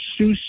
Seuss